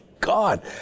God